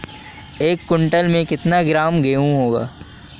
एक क्विंटल में कितना किलोग्राम गेहूँ होता है?